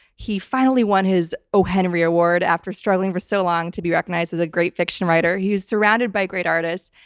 he finally won his o. henry award after struggling for so long to be recognized as a great fiction writer, he was surrounded by great artists,